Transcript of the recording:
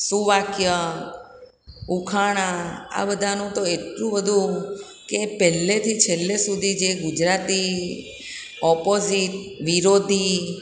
સુવાક્ય ઉખાણા આ બધાનું તો એટલું બધું કે પેલેથી છેલ્લે સુધી જે ગુજરાતી ઓપોઝિટ વિરોધી